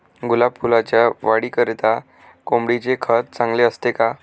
गुलाब फुलाच्या वाढीकरिता कोंबडीचे खत चांगले असते का?